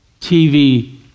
TV